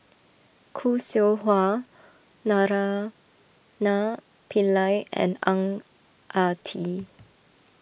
Khoo Seow Hwa Naraina Pillai and Ang Ah Tee